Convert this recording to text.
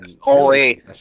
Holy